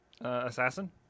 Assassin